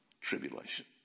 tribulation